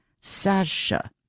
Sasha